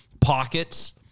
pockets